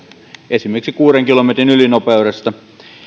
esimerkiksi kuuden kilometrin ylinopeudesta